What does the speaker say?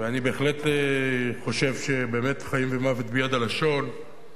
ואני בהחלט חושב שבאמת החיים והמוות ביד הלשון.